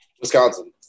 Wisconsin